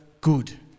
good